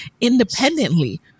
independently